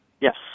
Yes